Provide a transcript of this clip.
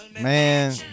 Man